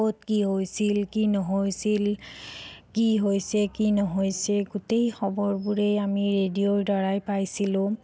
ক'ত কি হৈছিল কি নহৈছিল কি হৈছে কি নহৈছে গোটেই খবৰবোৰেই আমি ৰেডিঅ'ৰ দ্বাৰাই পাইছিলোঁ